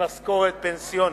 ממשכורת פנסיונית.